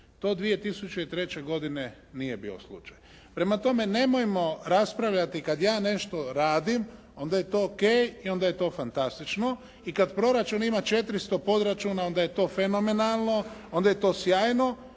To 2003. godine nije bio slučaj. Prema tome, nemojmo raspravljati kada ja nešto radim, onda je to o.k. i onda je to fantastično. I kada proračun ima 400 podračuna onda je to fenomenalno, onda je to sjajno.